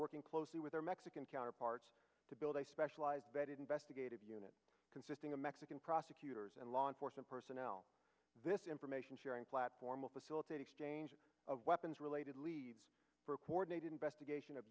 working closely with our mexican counterparts to build a specialized vetted investigative unit consisting of mexican prosecutors and law enforcement personnel this information sharing platform of facilitate exchange of weapons related leads for coordinated investigation of